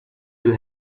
will